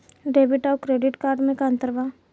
Debit आउर credit card मे का अंतर बा?